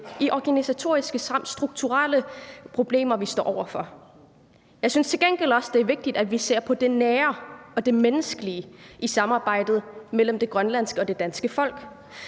til organisatoriske og strukturelle problemer, vi står over for. Jeg synes til gengæld også, det er vigtigt, at vi ser på det nære og det menneskelige i samarbejdet mellem det grønlandske og det danske folk.